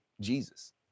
Jesus